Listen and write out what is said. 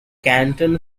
canton